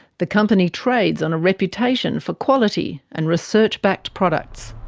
the company trades on a reputation for quality, and research-backed products.